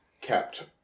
kept